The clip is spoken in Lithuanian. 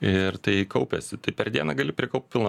ir tai kaupiasi tai per dieną gali prikaupt pilną